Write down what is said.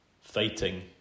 fighting